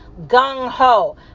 gung-ho